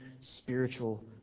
spiritual